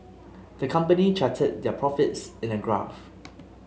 the company charted their profits in a graph